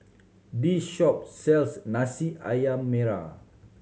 this shop sells ayam merah